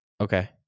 Okay